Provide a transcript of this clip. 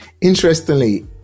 Interestingly